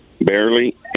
barely